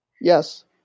Yes